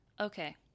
Okay